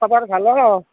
খবৰ ভাল ন